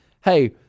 hey